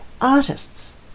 Artists